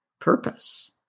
purpose